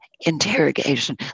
interrogation